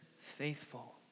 faithful